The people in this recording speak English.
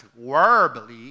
verbally